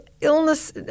illness